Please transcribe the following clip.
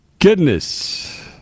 goodness